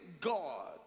God